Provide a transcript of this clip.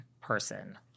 person